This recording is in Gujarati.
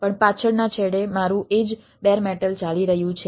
પણ પાછળના છેડે મારું એ જ બેર મેટલ ચાલી રહ્યું છે